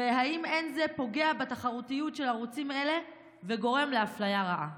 והאם אין זה פוגע בתחרותיות של ערוצים אלה וגורם לאפליה לרעה?